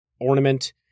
ornament